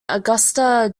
augusta